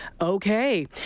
okay